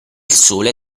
sole